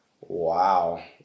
wow